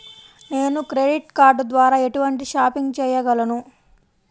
నేను credit card ద్వార ఎటువంటి షాపింగ్ చెయ్యగలను?